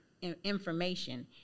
information